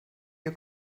you